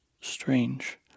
strange